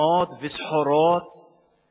באותו עניין.